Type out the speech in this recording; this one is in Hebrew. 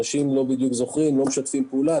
אנשים לא בדיוק זוכרים ולא בדיוק משתפים פעולה.